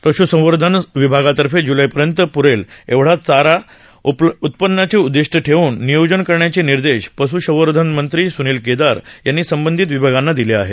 पश्संवर्धन विभागाने जुलैपर्यंत पुरेल एवढा चारा उत्पन्नाचे उददिष्ठ ठेवून नियोजन करण्याचे निर्देश पशुसंवर्धन मंत्री सुनिल केदार यांनी संबंधित विभागाच्या अधिकाऱ्यांना दिले आहेत